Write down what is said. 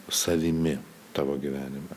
savimi tavo gyvenime